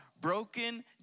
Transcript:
broken